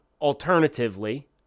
alternatively